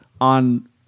on